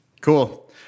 Cool